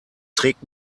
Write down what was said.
trägt